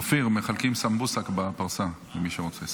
אופיר, מחלקים סמבוסק בפרסה מי שרוצה.